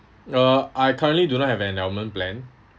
oh I currently do not have endowment plan